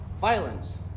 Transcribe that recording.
violence